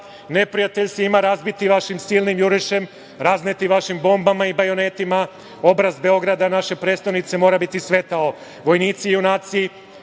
neprijatelj se ima razbiti vašim silnim jurišem, razneti vašim bombama i bajonetima. Obraz Beograda, naše prestonice mora biti svetao. Vojnici! Junaci!